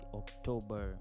october